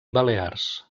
balears